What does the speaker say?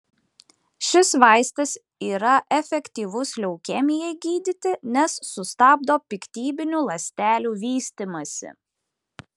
šis vaistas yra efektyvus leukemijai gydyti nes sustabdo piktybinių ląstelių vystymąsi